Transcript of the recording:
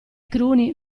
cruni